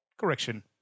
correction